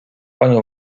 panią